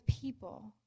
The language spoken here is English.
people